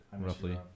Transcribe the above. roughly